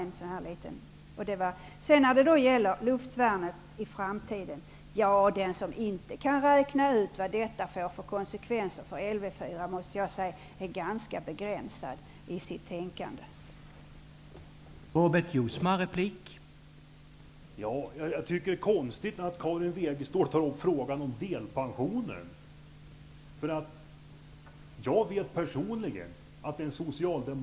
När det gäller luftvärnet i framtiden: Den som inte kan räkna ut vad detta får för konsekvenser för Lv 4 är ganska begränsad i sitt tänkande, måste jag säga.